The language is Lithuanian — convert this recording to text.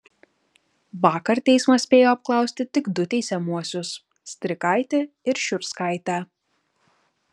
vakar teismas spėjo apklausti tik du teisiamuosius strikaitį ir šiurskaitę